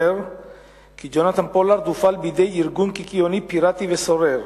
אומר כי יונתן פולארד הופעל בידי ארגון קיקיוני פיראטי וסורר